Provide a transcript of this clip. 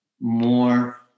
more